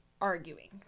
arguing